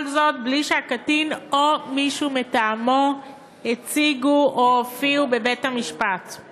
כל זאת מבלי שהקטין או מישהו מטעמו הציגו בבית-המשפט או הופיעו בו.